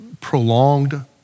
prolonged